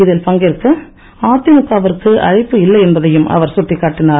இதில் பங்கேற்க அதிமுகவிற்க அழைப்பு இல்லை என்பதையும் அவர் சுட்டிக்காட்டினார்